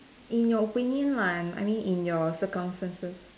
in your opinion lah I mean in your circumstances